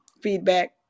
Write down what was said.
feedback